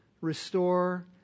restore